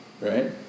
Right